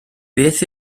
beth